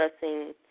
discussing